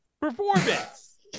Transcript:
performance